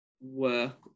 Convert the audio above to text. work